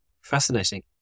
Fascinating